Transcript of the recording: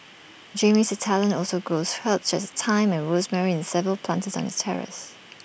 Jamie's Italian also grows herbs such as thyme and rosemary in Seven planters on its terrace